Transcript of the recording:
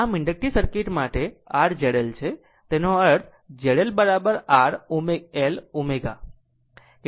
આમ inductive circuit માટે r Z L છે તેનો અર્થ Z L r L ω